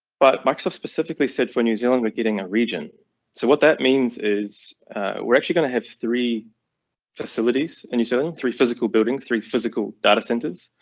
but microsoft specifically said for new zealand beginning a region. so what that means is we're actually going to have three facilities, and you said so three physical building, three physical data centers.